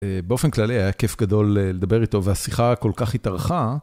באופן כללי היה כיף גדול לדבר איתו והשיחה כל כך התארכה.